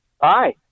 Hi